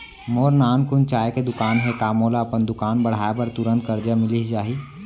मोर नानकुन चाय के दुकान हे का मोला अपन दुकान बढ़ाये बर तुरंत करजा मिलिस जाही?